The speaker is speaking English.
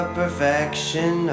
perfection